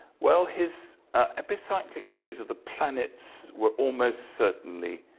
well, his epicyclic theories of the planets were almost certainly